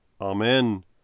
Amen